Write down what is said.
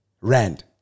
rand